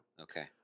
Okay